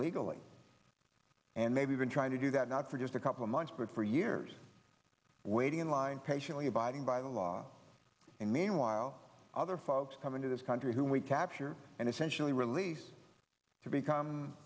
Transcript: legally and maybe even trying to do that not for just a couple of months but for years waiting in line patiently abiding by the law and meanwhile other folks come into this country who we capture and essentially release to become